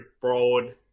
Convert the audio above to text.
broad